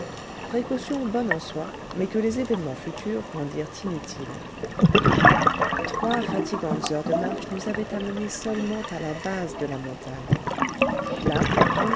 précaution bonne en soi mais que les événements futurs rendirent inutile trois fatigantes heures de marche nous avaient amenés seulement à la base de la montagne là